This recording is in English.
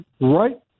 right